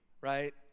right